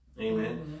Amen